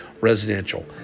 residential